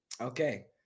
Okay